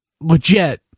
legit